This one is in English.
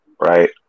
right